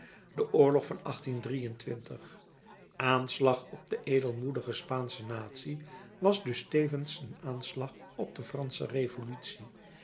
de oorlog van aanslag op de edelmoedige spaansche natie was dus tevens een aanslag op de fransche revolutie